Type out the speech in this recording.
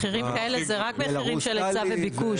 מחירים כאלה זה רק מחירים של היצע וביקוש.